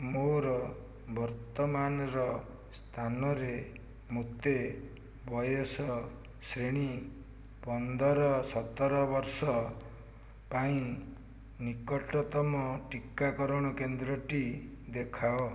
ମୋର ବର୍ତ୍ତମାନର ସ୍ଥାନରେ ମୋତେ ବୟସ ଶ୍ରେଣୀ ପନ୍ଦର ସତର ବର୍ଷ ପାଇଁ ନିକଟତମ ଟୀକାକରଣ କେନ୍ଦ୍ରଟି ଦେଖାଅ